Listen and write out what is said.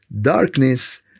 darkness